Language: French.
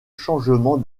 changements